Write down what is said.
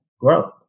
growth